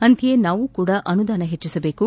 ಅಂತೆಯೇ ನಾವೂ ಕೂಡ ಅನುದಾನ ಹೆಚ್ಚಿಸಬೇಕು